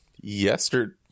yesterday